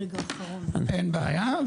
אין בעיה.